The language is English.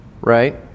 right